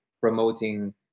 promoting